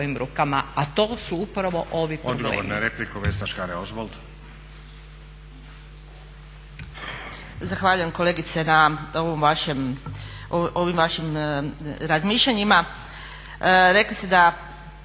a to su upravo ovi problemi.